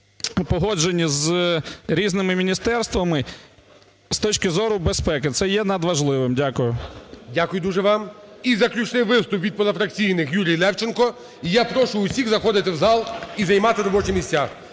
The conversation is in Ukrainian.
погоджені з різними міністерствами з точки зору безпеки. Це є надважливим. Дякую. ГОЛОВУЮЧИЙ. Дякую дуже вам. І заключний виступ від позафракційних, Юрій Левченко. І я прошу всіх заходити в зал і займати робочі місця.